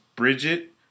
Bridget